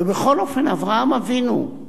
ובכל אופן אברהם אבינו,